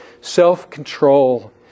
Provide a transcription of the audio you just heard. self-control